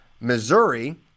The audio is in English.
Missouri